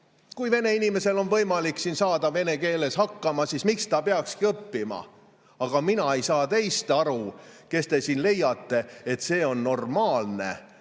kui vene inimesel on võimalik saada vene keeles hakkama, siis miks ta peakski õppima. Aga mina ei saa teist aru, kes te siin leiate, et see on normaalne